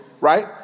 right